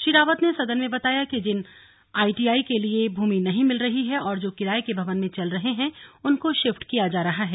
श्री रावत ने सदन में बताया कि जिन आईटीआई के लिए भूमि नहीं मिल रही है और जो किराये के भवन में चल रहे हैं उनको शिफ्ट किया जा रहा है